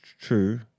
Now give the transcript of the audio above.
True